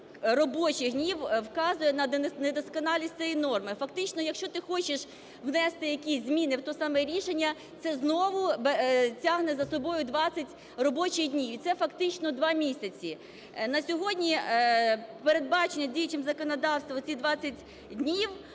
робочих днів, вказує на недосконалість цієї норми. Фактично, якщо ти хочеш внести якісь зміни в те саме рішення, це знову тягне за собою 20 робочих днів. І це фактично 2 місяці. На сьогодні передбачено діючим законодавством ці 20 днів,